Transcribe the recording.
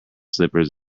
slippers